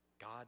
God